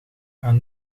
aan